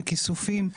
מכיסופים,